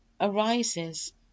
arises